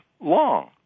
long